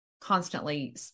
constantly